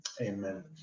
Amen